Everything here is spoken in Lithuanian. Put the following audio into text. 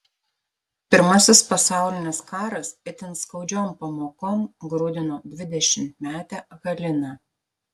pirmasis pasaulinis karas itin skaudžiom pamokom grūdino dvidešimtmetę haliną